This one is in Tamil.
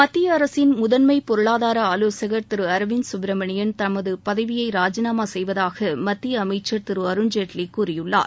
மத்தியஅரசின் முதன்மை பொருளாதார ஆவோசகர் திரு அரவிந்த் குப்பிரமணியன் தமது பதவியை ராஜினாமா செய்வதாக மத்திய அமைச்சர் திரு அருண்ஜேட்வி கூறியுள்ளார்